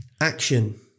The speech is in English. action